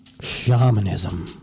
shamanism